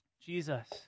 Jesus